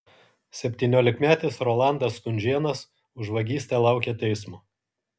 septyniolikmetis rolandas stunžėnas už vagystę laukia teismo